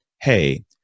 hey